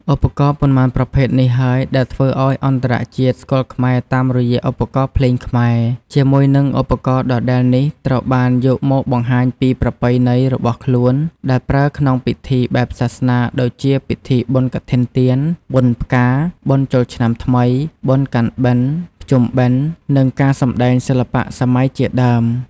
ឧបករណ៏ប៉ុន្មានប្រភេទនេះហើយដែលធ្វើអោយអន្តរជាតិស្គាល់ខ្មែរតាមរយឧបករណ៏ភ្លេងខ្មែរ ជាមួយនិងឧបករណ៏ដដែលនេះត្រូវបានយកមកបង្ហាញពីប្រពៃណីរបស់ខ្លួនដែលប្រើក្នុងពិធីបែបសាសនាដូចជាពិធីបុណ្យកឋិនទាន បុណ្យផ្កា បុណ្យចូលឆ្នាំថ្មី បុណ្យកាន់បិណ្យ ភ្ជំុបិណ្យ និងការសំដែងសិល្បៈសម័យជាដើម។